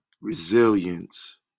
resilience